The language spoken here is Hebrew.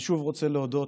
אני שוב רוצה להודות,